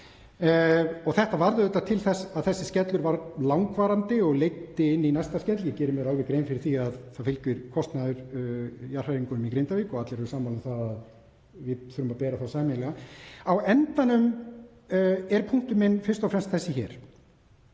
Þetta varð til þess að þessi skellur varð langvarandi og leiddi inn í næsta skell. Ég geri mér alveg grein fyrir því að það fylgir kostnaður jarðhræringum í Grindavík og allir eru sammála um að við þurfum að bera hann sameiginlega. Á endanum er punktur minn fyrst og fremst þessi hér: